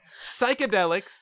psychedelics